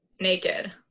Naked